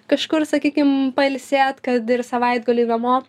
kažkur sakykim pailsėt kad ir savaitgaliui namo